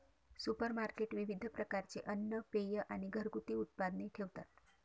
supermarket विविध प्रकारचे अन्न, पेये आणि घरगुती उत्पादने ठेवतात